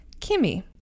Kimmy